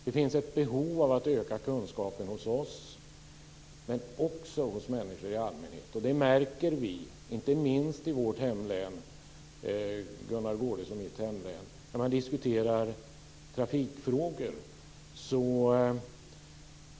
Det finns ett behov av att öka kunskapen hos oss, men också hos människor i allmänhet. Detta märker vi inte minst i mitt och Gunnar Goudes hemlän när vi diskuterar trafikfrågor.